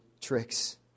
tricks